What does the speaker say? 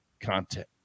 content